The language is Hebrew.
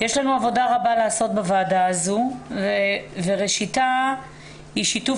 יש לנו עבודה רבה לעשות בוועדה הזו וראשיתה היא שיתוף